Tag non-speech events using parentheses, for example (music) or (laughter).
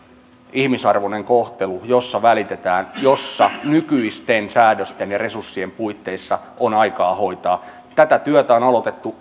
ihmisarvoinen kohtelu joissa välitetään joissa nykyisten säädösten ja resurssien puitteissa on aikaa hoitaa tätä työtä on on aloitettu (unintelligible)